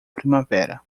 primavera